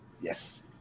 Yes